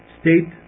state